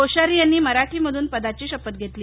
कोश्यारी यांनी मराठीमधून पदाची शपथ घेतली